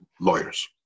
lawyers